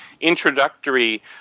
introductory